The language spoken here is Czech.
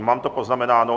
Mám to poznamenáno.